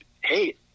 hey